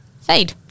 fade